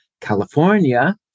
California